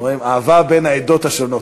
אהבה בין העדות השונות.